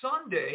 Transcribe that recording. Sunday